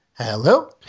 hello